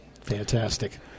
Fantastic